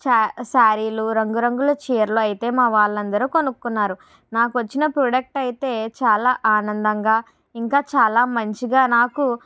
సారీలు రంగురంగుల చీరలు అయితే మా వాళ్ళందరూ కొనుక్కున్నారు నాకు వచ్చిన ప్రోడక్ట్ అయితే చాలా ఆనందంగా ఇంకా చాలా మంచిగా నాకు